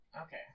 Okay